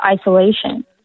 isolation